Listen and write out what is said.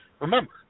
Remember